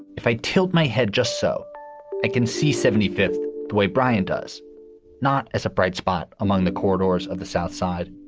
if i told my head just so i can see, seventy fifth the way brian does not as a bright spot among the corridors of the south side,